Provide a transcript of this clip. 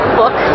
book